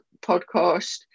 podcast